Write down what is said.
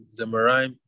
Zemarim